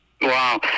Wow